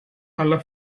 alla